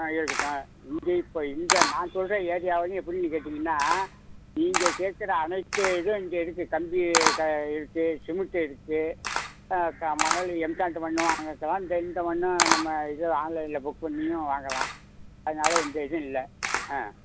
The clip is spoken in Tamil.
ஆ இருக்கட்டும் இங்கே இப்போ இந்த நான் சொல்கிற ஏரியாவுலேயும் எப்படின்னு கேட்டிங்கன்னால் நீங்கள் கேட்கற அனைத்து இதுவும் இங்கே இருக்குது கம்பி க இருக்குது சிமிண்ட்டு இருக்குது க மணல் எம்சாண்டு மண்ணும் வாங்கிக்கலாம் இந்த இந்த மண்ணும் நம்ம இது ஆன்லைனில் புக் பண்ணியும் வாங்கலாம் அதனால் எந்த இதுவும் இல்லை ஆ